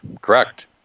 correct